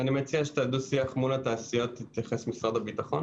אני מציע שלדו-השיח מול התעשיות יתייחס משרד הביטחון